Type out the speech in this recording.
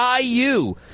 IU